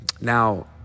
Now